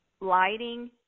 lighting